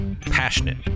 passionate